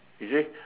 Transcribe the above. you see